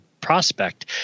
prospect